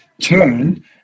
turn